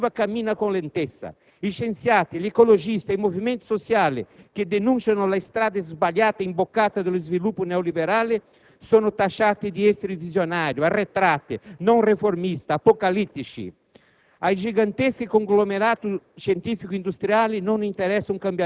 E questo vale anche per l'Italia. La ricerca di fonti alternative cammina con lentezza: gli scienziati, gli ecologisti, i movimenti sociali che denunciano le strade sbagliate imboccate dallo sviluppo neoliberale sono tacciati di essere visionari, arretrati, non riformisti, apocalittici.